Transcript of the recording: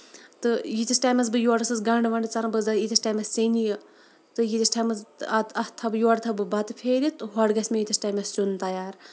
تہٕ ییٖتِس ٹایمَس بہٕ یورٕ ٲسس گنڈٕ ونڈٕ ژاران بہٕ ٲسٕس دَپان ییٚتِس ٹایمَس سینہِ یہِ تہٕ یِیٖتِس ٹایمَس اَتھ تھاوو بہٕ یورٕ تھاوو بہٕ بَتہٕ پھیٖرِتھ ہورٕ گژھِ مےٚ ییٖتِس ٹایمَس سیُن تَیار